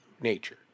nature